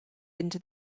into